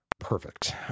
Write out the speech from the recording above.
perfect